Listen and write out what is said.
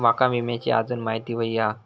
माका विम्याची आजून माहिती व्हयी हा?